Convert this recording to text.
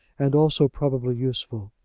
and also probably useful.